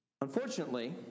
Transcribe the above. Unfortunately